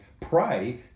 pray